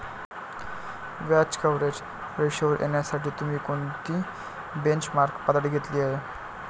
व्याज कव्हरेज रेशोवर येण्यासाठी तुम्ही कोणती बेंचमार्क पातळी घेतली आहे?